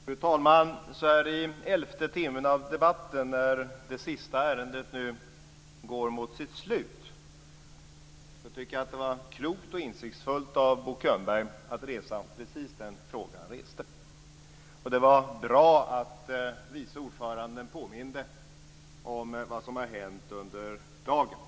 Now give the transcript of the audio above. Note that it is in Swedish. Fru talman! Så här i elfte timmen av debatten när det sista ärendet nu går mot sitt slut var det klokt och insiktsfullt av Bo Könberg att resa precis den fråga som han reste. Det var bra att vice ordföranden påminde om vad som har hänt under dagen.